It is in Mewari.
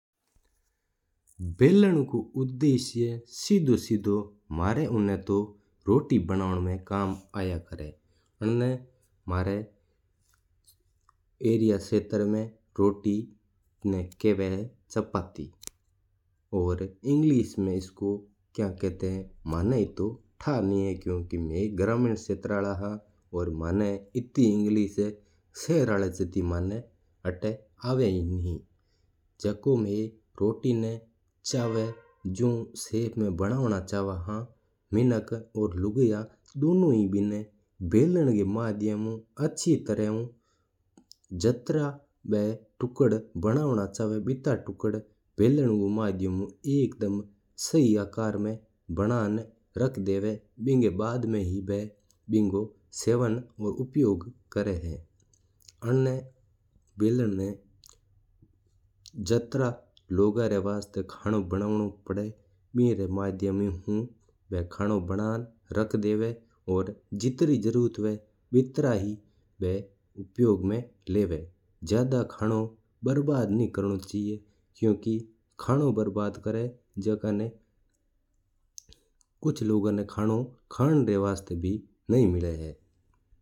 बल्लन को उदास्य सिद्धो सिद्धो म्हारा उतना तू रोटी बनावणा कम्म आया करा है। आणा म्हारा क्षेत्र में रोटी का खेव है चपाती इंग्लिश में क्या खता म्हानेव तो। था कोनी। मैं थार्याभगव का आदमी शेर आली जाति इंग्लिश कोन आवा जो को मैं रोटी ना चवा बू शेप देई सका हा। मिणक और लुगाई दोनों हे बिना बेलन वास्ता कम्म लिया करा हा।